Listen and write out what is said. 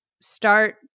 start